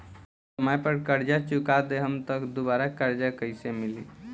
समय पर कर्जा चुका दहम त दुबाराकर्जा कइसे मिली?